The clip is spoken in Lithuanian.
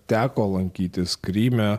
teko lankytis kryme